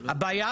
הבעיה,